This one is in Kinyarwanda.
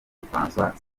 francois